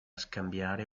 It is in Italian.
scambiare